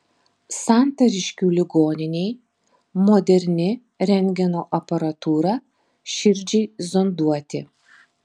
santariškių ligoninei moderni rentgeno aparatūra širdžiai zonduoti